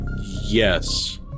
Yes